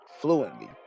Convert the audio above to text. fluently